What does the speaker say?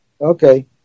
Okay